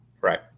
Right